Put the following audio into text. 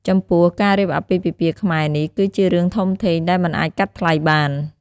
ចំពោះ ការរៀបអាពាហ៍ពិពាហ៍ខ្មែរនេះ គឺជារឿងធំធេងដែលមិនអាចកាត់ថ្លៃបាន។